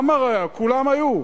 עמאר היה, כולם היו.